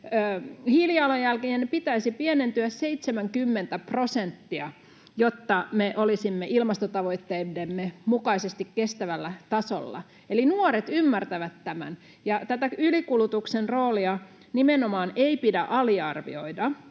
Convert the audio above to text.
hiilijalanjäljen pitäisi pienentyä 70 prosenttia, jotta me olisimme ilmastotavoitteidemme mukaisesti kestävällä tasolla. Eli nuoret ymmärtävät tämän, ja tätä ylikulutuksen roolia nimenomaan ei pidä aliarvioida.